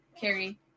Carrie